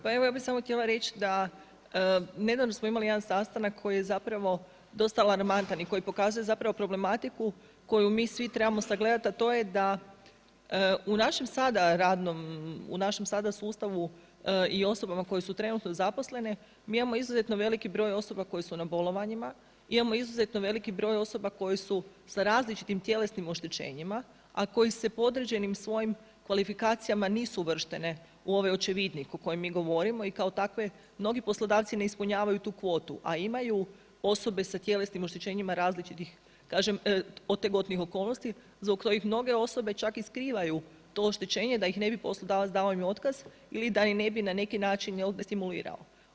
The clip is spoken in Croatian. Pa evo ja bi samo htjela reći, da nedavno smo imali jedan sastanak koji je zapravo dosta alarmantan i koji pokazuje zapravo problematiku koju mi svi trebamo sagledati, a to je da u našem sad radnom, u našem sada sustavu i osobe koje su trenutno zaposlene, mi imamo izuzetno veliki broj osoba koje su na bolovanjima, imamo izrazito veliki broj osoba koje su sa različitim tjelesnim oštećenjima, a koji se po određenim svojim kvalifikacijama nisu uvrštene u ove očevidnik o kojem mi govorimo i kao takve mnogi poslodavci ne ispunjavanju tu kvotu, a imaju osobe s tjelesnim oštećenjima različitih, kažem otegotnih okolnosti, zbog koji mnoge osobe čak i skrivaju to oštećenje, da im ne bi poslodavac dao im otkaz ili da im ne bi na neki način destimulirao.